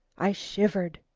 i shivered.